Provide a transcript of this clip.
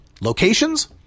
locations